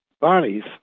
bodies